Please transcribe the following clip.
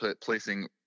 placing